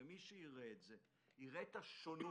מי שיראה את זה יראה את השונות.